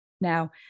Now